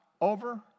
over